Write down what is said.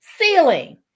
ceiling